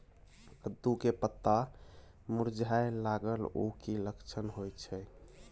कद्दू के पत्ता मुरझाय लागल उ कि लक्षण होय छै?